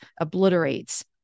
obliterates